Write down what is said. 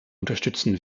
unterstützen